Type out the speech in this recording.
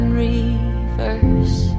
reverse